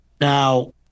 Now